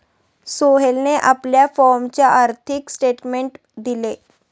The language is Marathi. सोहेलने आपल्या फॉर्मचे आर्थिक स्टेटमेंट दिले